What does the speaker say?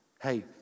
Hey